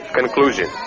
conclusion